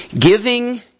Giving